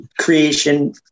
creation